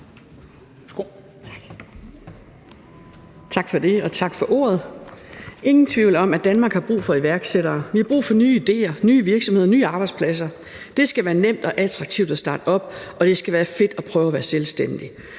Tak for det, og tak for ordet. Der er ingen tvivl om, at Danmark har brug for iværksættere. Vi har brug for nye idéer, nye virksomheder, nye arbejdspladser. Det skal være nemt og attraktivt at starte op, og det skal være fedt at prøve at være selvstændig.